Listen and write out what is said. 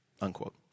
unquote